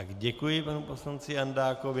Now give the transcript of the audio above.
Děkuji panu poslanci Jandákovi.